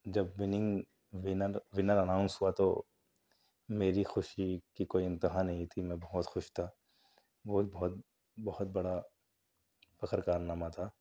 جب winning winner winner announce ہوا تو میری خوشی کی کوئی انتہا نہیں تھی میں بہت خوش تھا بہت بہت بہت بڑا فخر کارنامہ تھا